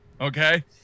Okay